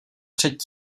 před